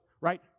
right